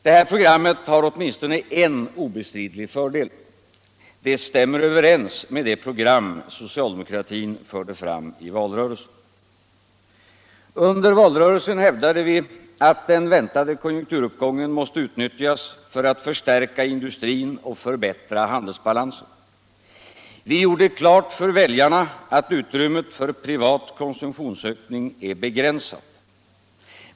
Det här programmet har åtminstone en obestridlig fördel — det stämmer överens med det program som socialdemokratin förde fram i valrörelsen. Under valrörelsen hävdade vi att den väntade konjunkturuppgången måste utnyttjas för att förstärka industrin och förbiättra handelsbalansen. Allmänpolitisk debatt Vi gjorde klart för väljarna att utrymmet för privat konsumtionsökning är begränsat.